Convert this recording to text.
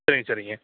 சரிங்க சரிங்க